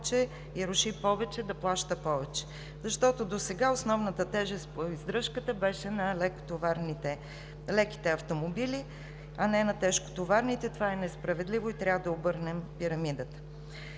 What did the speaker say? и руши повече, да плаща повече, защото досега основната тежест по издръжката беше на леките автомобили, а не на тежкотоварните. Това е несправедливо и трябва да обърнем пирамидата.